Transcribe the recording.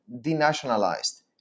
denationalized